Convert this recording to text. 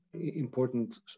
important